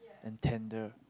and tender